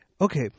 Okay